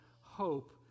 hope